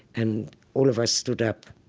and all of us stood up